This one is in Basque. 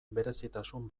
berezitasun